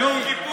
ביום כיפור.